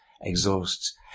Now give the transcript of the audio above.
exhausts